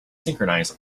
synchronize